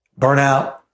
burnout